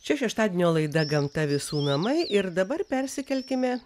ia šeštadienio laida gamta visų namai ir dabar persikelkime